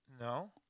No